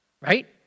right